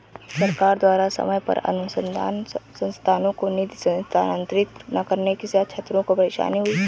सरकार द्वारा समय पर अनुसन्धान संस्थानों को निधि स्थानांतरित न करने से छात्रों को परेशानी हुई